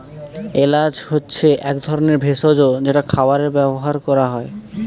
এলাচ হচ্ছে এক ধরনের ভেষজ যেটা খাবারে ব্যবহার করা হয়